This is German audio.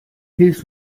hilf